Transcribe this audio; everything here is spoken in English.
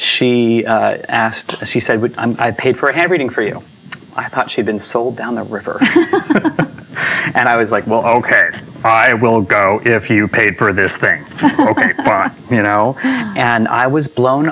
she asked she said what i'm paid for everything for you i thought she'd been sold down the river and i was like well ok i will go if you paid for this thing you know and i was blown